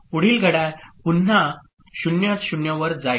पुढील घड्याळ पुन्हा 0 0 वर जाईल